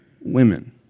women